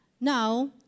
Now